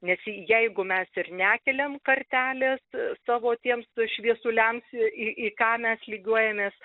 nes jeigu mes ir nekeliam kartelės savo tiems šviesuliams į ką mes lygiuojamės